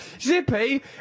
Zippy